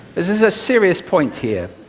this is a serious point here.